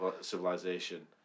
civilization